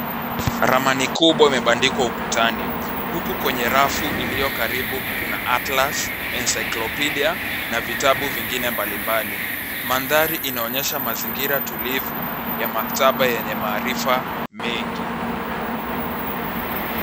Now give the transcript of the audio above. Ramani kubwa imebandikwa ukutani, huku kwenye rafu iliyo karibu kuna atlas, encyclopedia na vitabu vingine mbalimbali. Mandhari inaonyesha mazingira tulivu ya makataba yenye maarifa mengi.